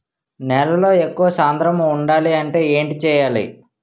నేలలో ఎక్కువ సాంద్రము వుండాలి అంటే ఏంటి చేయాలి?